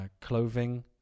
clothing